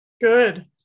Good